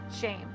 shame